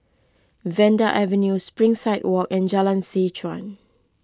Vanda Avenue Springside Walk and Jalan Seh Chuan